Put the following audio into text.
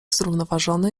zrównoważony